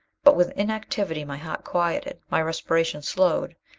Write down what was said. but with inactivity, my heart quieted. my respiration slowed.